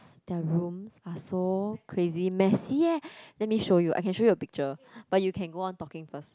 their room are so crazy messy eh let me show you I can show you a picture but you can go on talking first